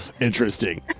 interesting